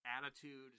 attitude